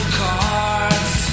cards